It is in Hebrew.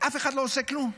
ואף אחד לא עושה כלום.